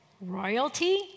royalty